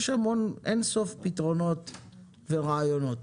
יש אין סוף פתרונות ורעיונות.